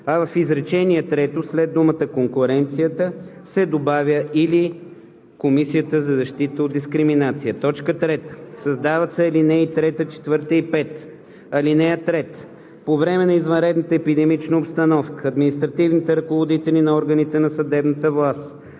а в изречение трето след думата „конкуренцията“ се добавя „или Комисията за защита от дискриминация“. 3. Създават се ал. 3, 4 и 5: „(3) По време на извънредната епидемична обстановка административните ръководители на органите на съдебната власт